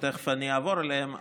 שתכף אני אעבור עליהם,